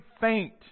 faint